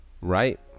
Right